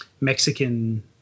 Mexican